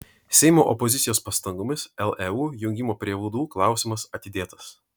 seimo opozicijos pastangomis leu jungimo prie vdu klausimas atidėtas